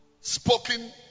spoken